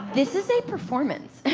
this is a performance.